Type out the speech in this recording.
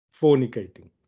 fornicating